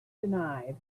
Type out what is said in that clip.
denied